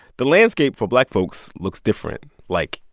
the landscape for black folks looks different like,